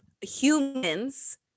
humans